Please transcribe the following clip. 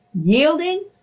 yielding